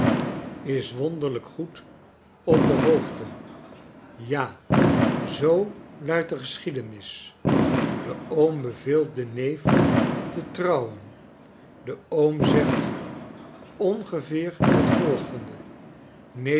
is wonderlijk goed op de hoogte j'a zoo luidt de geschiedenis de oom beveelt den neef te trouwen de oom zegt ongeveer het volgende neef